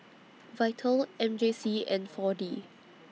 Vital M J C and four D